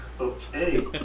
Okay